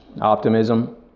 optimism